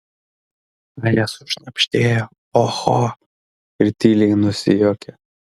maja sušnabždėjo oho ir tyliai nusijuokė